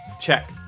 check